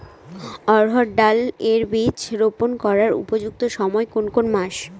অড়হড় ডাল এর বীজ রোপন করার উপযুক্ত সময় কোন কোন মাস?